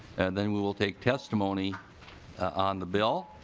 then we'll we'll take testimony on the bill.